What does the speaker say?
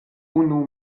unu